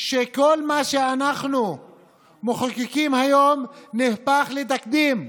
שכל מה שאנחנו מחוקקים היום נהפך לתקדים.